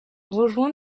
rejoint